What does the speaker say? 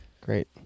Great